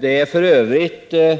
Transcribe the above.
Det är f. ö.